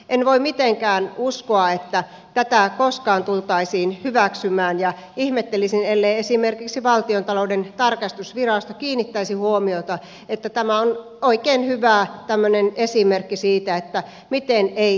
en voi mitenkään uskoa että tätä koskaan tultaisiin hyväksymään ja ihmettelisin ellei esimerkiksi valtiontalouden tarkastusvirasto kiinnittäisi huomiota että tämä on oikein hyvä esimerkki siitä miten ei tulisi tehdä